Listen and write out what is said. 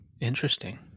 interesting